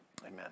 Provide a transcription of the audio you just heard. amen